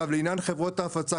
דובר פה על חברות הפצה,